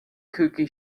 cookie